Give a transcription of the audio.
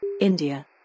India